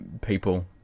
people